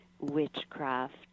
witchcraft